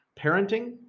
Parenting